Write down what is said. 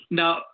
now